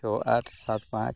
ᱪᱷᱚ ᱟᱴ ᱥᱟᱛ ᱯᱟᱸᱪ